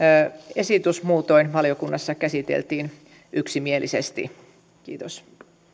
esitys muutoin valiokunnassa käsiteltiin yksimielisesti kiitos